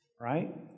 Right